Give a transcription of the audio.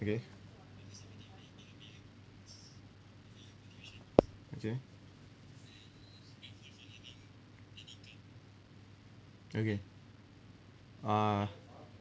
okay okay okay uh